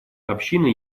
община